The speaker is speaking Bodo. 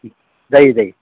जायो जायो